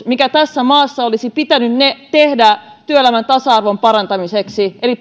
mikä tässä maassa oli pitänyt tehdä työelämän tasa arvon parantamiseksi eli